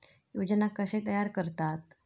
योजना कशे तयार करतात?